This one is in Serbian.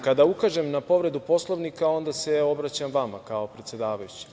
Kada ukažem na povredu Poslovnika, onda se obraćam vama kao predsedavajućem.